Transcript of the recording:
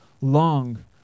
long